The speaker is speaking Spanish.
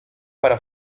para